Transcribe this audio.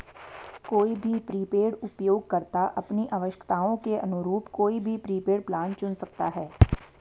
कोई भी प्रीपेड उपयोगकर्ता अपनी आवश्यकताओं के अनुरूप कोई भी प्रीपेड प्लान चुन सकता है